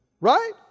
Right